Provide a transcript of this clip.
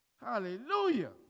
Hallelujah